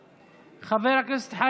חבר הכנסת דוד